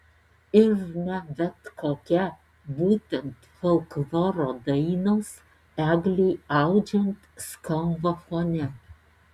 ir ne bet kokia būtent folkloro dainos eglei audžiant skamba fone